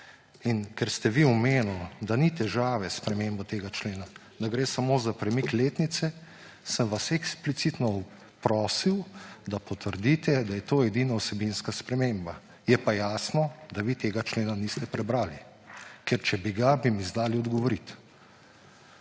ker ste vi omenili, da ni težave s spremembo tega člena, da gre samo za premik letnice, sem vas eksplicitno prosil, da potrdite, da je to edina vsebinska sprememba. Je pa jasno, da vi tega člena niste prebrali. Ker če bi ga, bi mi znali odgovoriti.